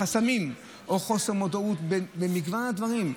חסמים או חוסר מודעות במגוון הדברים,